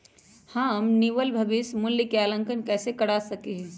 हम निवल भविष्य मूल्य के आंकलन कैसे कर सका ही?